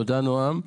תודה, נועם.